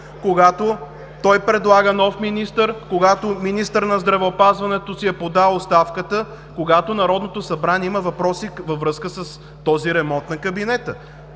когато предлага нов министър, когато министърът на здравеопазването си е подал оставката, когато Народното събрание има въпроси с този ремонт на кабинета?